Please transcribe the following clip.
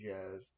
Jazz